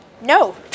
No